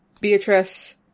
Beatrice